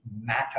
matter